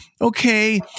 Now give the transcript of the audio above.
Okay